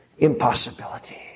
Impossibility